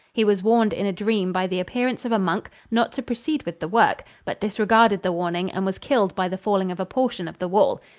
he was warned in a dream by the appearance of a monk not to proceed with the work, but disregarded the warning and was killed by the falling of a portion of the wall.